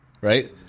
right